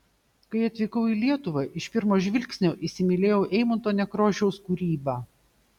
kai atvykau į lietuvą iš pirmo žvilgsnio įsimylėjau eimunto nekrošiaus kūrybą